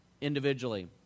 individually